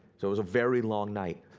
so it was a very long night.